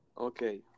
Okay